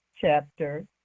chapter